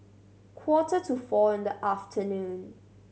quarter to four in the afternoon